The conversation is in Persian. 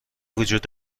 وجود